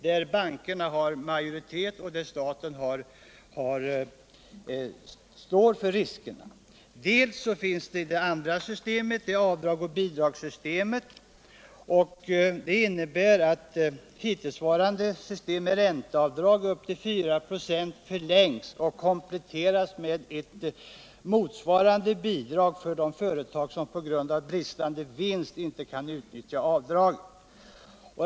Här har bankerna majoriteten och staten står för riskerna. Vidare har vi avdragsoch bidragssystemet, vilket innebär att hittillsvarande system med ränteavdrag upp till 4 24 förlängs och kompletteras med ett nytt motsvarande bidrag för de företag som på grund av för låg vinst inte kan utnyttja avdragen.